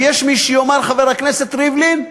ויש מי שיאמר, חבר הכנסת ריבלין,